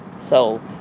so,